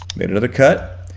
made another cut.